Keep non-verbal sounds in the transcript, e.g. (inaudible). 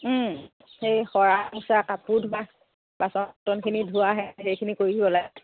সেই সৰা মচা কাপোৰ (unintelligible)